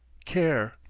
care.